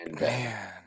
Man